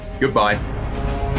Goodbye